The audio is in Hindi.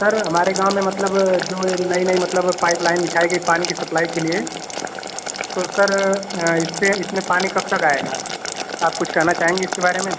सर हमारे गाँव में मतलब जो ये नई नई मतलब पाइप लाइन बिछाई गई पानी की सप्लाई के लिए तो सर इस पर इसमें पानी कब तक आएगा आप कुछ कहना चाहेंगे इसके बारे में